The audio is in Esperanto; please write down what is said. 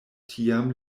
tiam